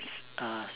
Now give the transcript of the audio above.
uh